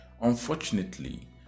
Unfortunately